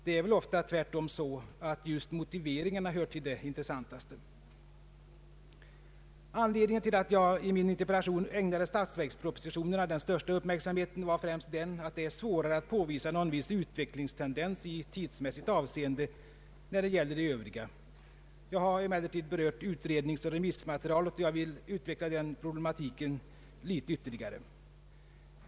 Det är väl ofta så, att just motiveringarna tvärtom hör till det intressantaste. Anledningen till att jag i min interpellation ägnade statsverkspropositionerna den största uppmärksamheten var främst den, att det är svårare att påvisa någon viss utvecklingstendens i tidsmässigt avseende när det gäller de Övriga. Jag har emellertid berört utredningsoch remissmaterialet, och jag vill utveckla den problematiken ytterligare.